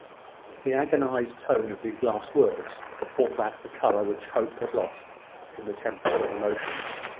the agonised tone of these last words brought back the colour which hope had lost in the tempest of emotions,